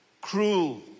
Cruel